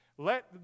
Let